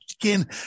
again